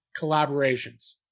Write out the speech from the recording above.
collaborations